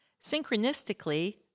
Synchronistically